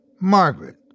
Margaret